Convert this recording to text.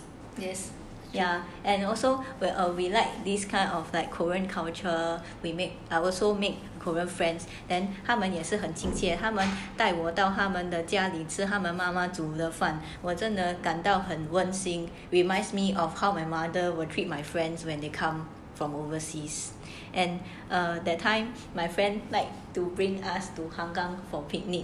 ya and also we are we like these kind of like korean culture we make our also make korean friends then 他们也是很亲切他们带我到他们的家里吃他们妈妈煮的饭我真的感到很温心 seeing reminds me of how my mother will treat my friends when they come from overseas and err that time my friend like to bring us to han gang for picnic